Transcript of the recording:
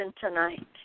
tonight